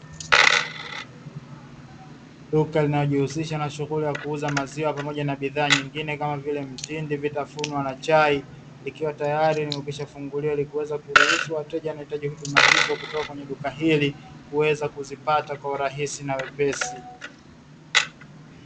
Duka linalojihusisha na shughuli ya kuuza maziwa, pamoja na bidhaa nyingine kama vile mtindi, vitafunwa na chai, likiwa tayari limeshafunguliwa, ili kuweza kuruhusu wateja wanaohitaji huduma hizo kutoka kwenye duka hili kuweza kuzipata kwa urahisi na wepesi.